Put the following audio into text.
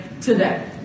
today